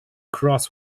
cross